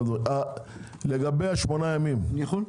לגבי ה-8 ימים, בבקשה.